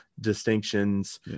distinctions